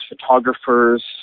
photographers